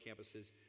campuses